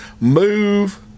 Move